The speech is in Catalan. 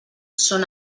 són